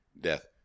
Death